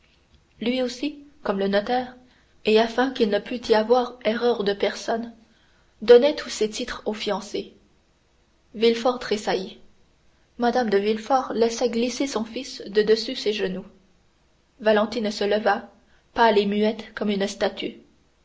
lui aussi comme le notaire et afin qu'il ne pût y avoir erreur de personne donnait tous ses titres au fiancé villefort tressaillit mme de villefort laissa glisser son fils de dessus ses genoux valentine se leva pâle et muette comme une statue